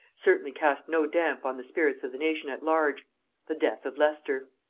certainly cast no damp on the spirits of the nation at large the death of leicester.